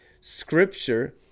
Scripture